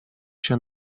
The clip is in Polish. się